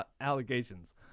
allegations